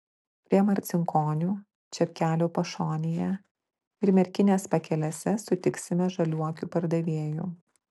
prie marcinkonių čepkelių pašonėje ir merkinės pakelėse sutiksime žaliuokių pardavėjų